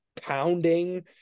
pounding